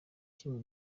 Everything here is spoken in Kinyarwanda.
kimwe